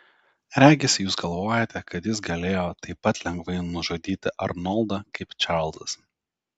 regis jūs galvojate kad jis galėjo taip pat lengvai nužudyti arnoldą kaip čarlzas